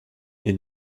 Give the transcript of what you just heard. est